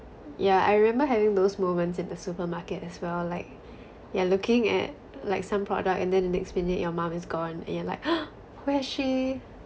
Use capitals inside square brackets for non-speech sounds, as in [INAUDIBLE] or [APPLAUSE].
yeah I remember having those moments in the supermarket as well like you're looking at like some product and then the next minute your mum is gone you're like [NOISE] where is she